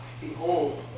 Behold